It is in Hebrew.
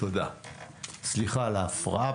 תודה וסליחה על ההפרעה.